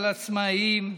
עצמאים,